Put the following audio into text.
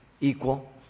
equal